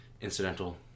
Incidental